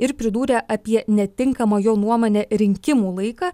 ir pridūrė apie netinkamą jo nuomone rinkimų laiką